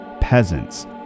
Peasants